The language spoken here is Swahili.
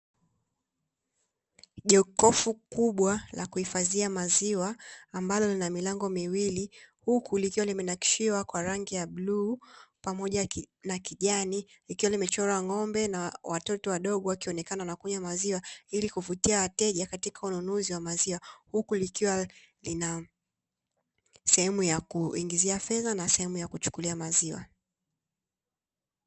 Jokofu kubwa la kuhifadhia maziwa ambalo lina milango miwili, huku likiwa limenakshiwa kwa rangi ya bluu pamoja na kijani ikiwa limechora ng'ombe na watoto wadogo wakionekana wanakunywa maziwa ili kuvutia wateja katika ununuzi wa maziwa, huku likiwa lina sehemu ya kuingizia fedha na sehemu ya kuchukulia maziwa.